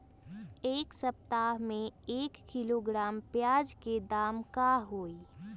एक सप्ताह में एक किलोग्राम प्याज के दाम का होई?